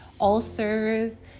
ulcers